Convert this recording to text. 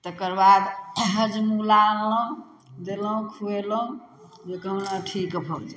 तकरबाद हजमोला देलहुँ खुएलहुँ जे कहुना ठीक भऽ गेल